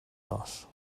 dos